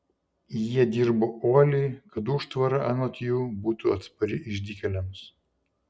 jie dirbo uoliai kad užtvara anot jų būtų atspari išdykėliams